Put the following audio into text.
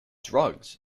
drugs